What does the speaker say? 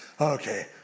okay